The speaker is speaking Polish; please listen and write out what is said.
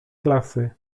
klasy